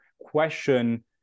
question